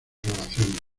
relación